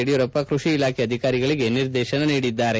ಯಡಿಯೂರಪ್ಪ ಕೃಷಿ ಇಲಾಖೆ ಅಧಿಕಾರಿಗಳಿಗೆ ನಿರ್ದೇಶನ ನೀಡಿದ್ದಾರೆ